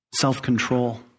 self-control